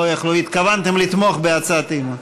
יכלו, התכוונתם לתמוך בהצעת האי-אמון.